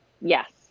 Yes